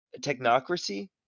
technocracy